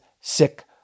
Sick